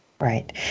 Right